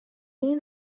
این